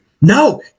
No